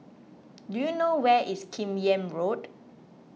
do you know where is Kim Yam Road